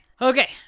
Okay